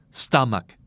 stomach